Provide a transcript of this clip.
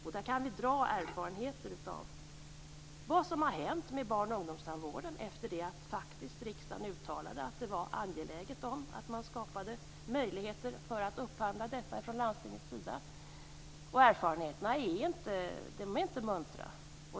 Vi kan dra erfarenheter av vad som har hänt med barn och ungdomstandvården efter det att riksdagen faktiskt uttalade att det var angeläget att skapa möjligheter för landstinget att upphandla barn och ungdomstandvård. Erfarenheterna är inte muntra.